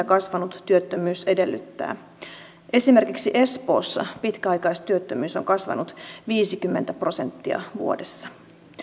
kasvanut työttömyys edellyttää esimerkiksi espoossa pitkäaikaistyöttömyys on kasvanut viisikymmentä prosenttia vuodessa